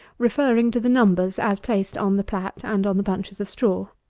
referring to the numbers, as placed on the plat and on the bunches of straw.